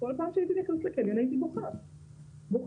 כל פעם שהייתי נכנסת לקניון הייתי בוכה, בוכה,